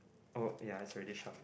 oh ya it's already shuffled